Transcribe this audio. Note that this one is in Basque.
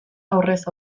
aurrez